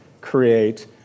create